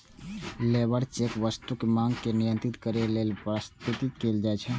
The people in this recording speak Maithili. लेबर चेक वस्तुक मांग के नियंत्रित करै लेल प्रस्तावित कैल जाइ छै